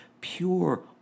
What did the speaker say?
Pure